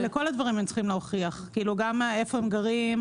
את כל הדברים הם צריכים להוכיח איפה הם גרים,